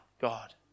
God